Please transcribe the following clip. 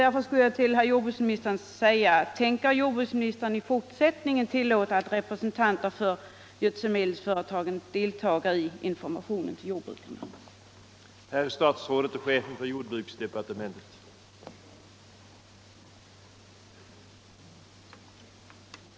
Därför skulle jag vilja fråga jordbruksministern: Tänker jordbruksministern i fortsättningen tillåta att representanter för gödselmedelsföretagen deltar i informationen till jordbrukarna i nämnda avseende?